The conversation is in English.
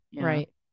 right